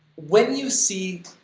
when you see,